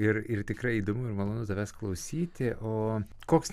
ir ir tikrai įdomu ir malonu tavęs klausyti o koks